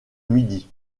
midi